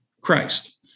Christ